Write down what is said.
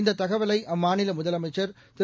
இந்ததகவலைஅம்மாநிலமுதலமைச்சர் திரு